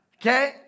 Okay